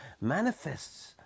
manifests